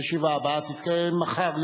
הישיבה הבאה תתקיים מחר,